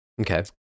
okay